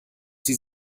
sie